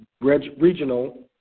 regional